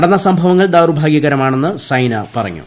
നടന്ന സംഭവങ്ങൾ ദൌർഭാഗൃകരമാണെന്ന് സൈന പറഞ്ഞു